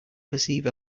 perceive